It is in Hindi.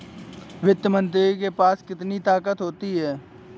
वित्त मंत्री के पास कितनी ताकत होती है?